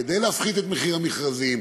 כדי להפחית את מחיר המכרזים,